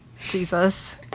jesus